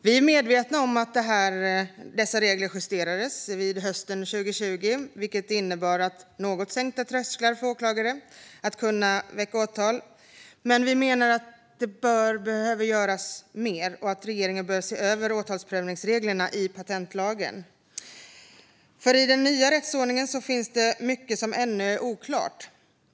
Vi är medvetna om att dessa regler justerades hösten 2020, vilket innebar något sänkta trösklar för åklagare att kunna väcka åtal. Men vi menar att mer måste göras och att regeringen bör se över åtalsprövningsreglerna i patentlagen. I den nya rättsordningen finns mycket som ännu är oklart.